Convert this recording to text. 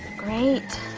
great,